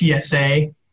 PSA